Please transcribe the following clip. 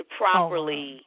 properly